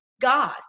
God